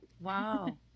Wow